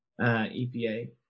EPA